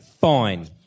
Fine